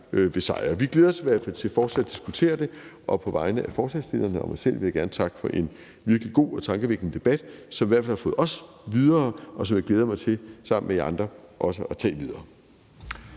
sejre. Vi glæder os i hvert fald til fortsat at diskutere det. Og på vegne af forslagsstillerne og mig selv vil jeg gerne takke for en virkelig god og tankevækkende debat, som i hvert fald har fået os videre, og som jeg glæder mig til sammen med jer andre også at tage videre.